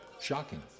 shocking